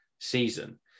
season